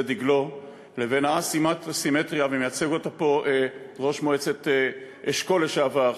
דגלו לבין ומייצג אותם פה ראש מועצת אשכול לשעבר,